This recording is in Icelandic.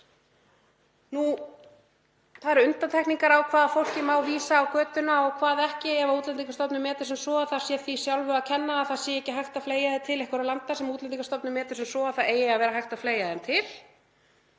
Það eru undantekningar á því hvaða fólki má vísa á götuna og hverju ekki ef Útlendingastofnun metur sem svo að það sé því sjálfu að kenna að það sé ekki hægt að fleygja því til einhverra landa sem Útlendingastofnun metur sem svo að það eigi að vera hægt að fleygja þeim til.